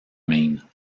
main